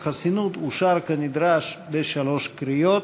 תיקון מס' 39 לחוק החסינות אושר כנדרש בשלוש קריאות.